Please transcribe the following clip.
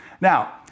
Now